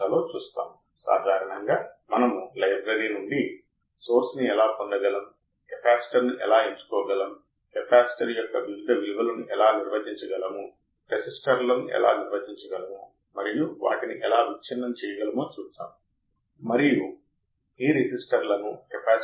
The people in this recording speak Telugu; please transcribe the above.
ఇప్పుడు ఇలా అనుకుందాం నా op amp 4 వోల్ట్స్ ఇక్కడకు వస్తాయి కాబట్టి ఇన్వర్టింగ్ వద్ద వోల్టేజ్ నాన్ ఇన్వర్టింగ్ వద్ద వోల్టేజ్ కంటే ఎక్కువగా ఉంటుంది అవుట్పుట్ ప్రతికూలంగా వెళుతుందా అని ప్రయత్నిద్దాం అవుట్పుట్ ప్రతికూలం